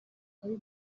kari